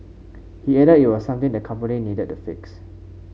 he added it was something the company needed to fix